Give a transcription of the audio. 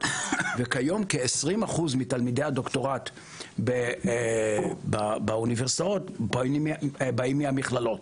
וכיום כ-20% מתלמידי הדוקטורט באוניברסיטאות באים מהמכללות.